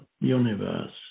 universe